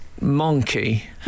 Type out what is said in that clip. monkey